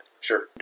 Sure